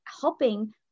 helping